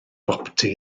boptu